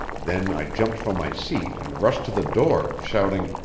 then i jumped from my seat and rushed to the door, shouting,